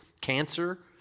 Cancer